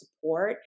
support